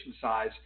size